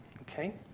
Okay